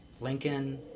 lincoln